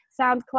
SoundCloud